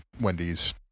Wendy's